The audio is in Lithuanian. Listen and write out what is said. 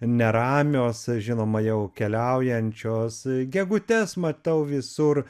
neramios žinoma jau keliaujančios gegutes matau visur